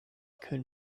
could